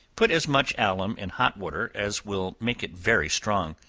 put as much alum in hot water as will make it very strong,